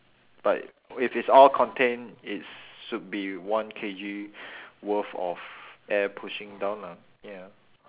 but if it's all contained it's should be one K_G worth of air pushing down lah ya